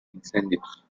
incendios